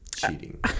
cheating